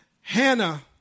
Hannah